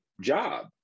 job